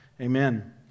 amen